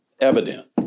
evident